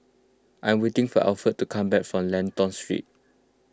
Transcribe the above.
I am waiting for Alfred to come back from Lentor Street